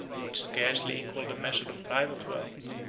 which scarcely equalled the measure of private wealth,